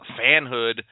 fanhood